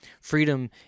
Freedom